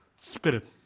spirit